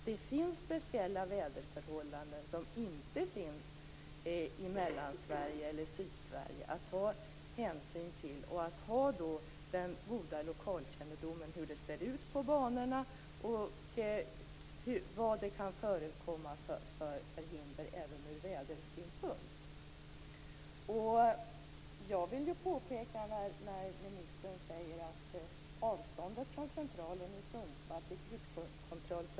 Det finns speciella väderförhållanden som inte finns i Mellansverige eller i Sydsverige att ta hänsyn till. I Sundsvall har man god lokalkännedom om hur det ser ut på banorna och vilka hinder som kan förekomma även ur vädersynpunkt.